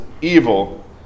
evil